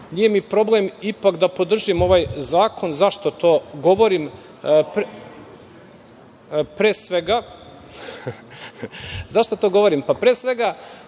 nije mi problem ipak da podržim ovaj zakon. Zašto to govorim? Pre svega,